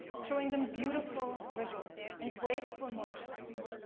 showing them beautiful visuals and graceful motions,